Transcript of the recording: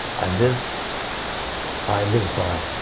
and this i live by.